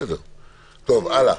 הלאה.